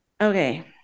Okay